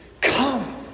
Come